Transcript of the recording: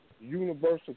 Universal